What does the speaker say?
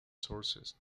sources